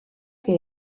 que